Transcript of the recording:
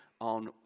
on